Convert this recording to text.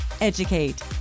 Educate